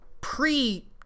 pre